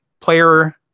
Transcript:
player